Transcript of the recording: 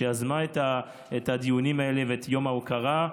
שיזמה את הדיונים האלה ואת יום ההוקרה,